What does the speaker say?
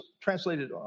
translated